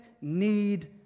need